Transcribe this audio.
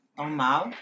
normal